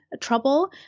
trouble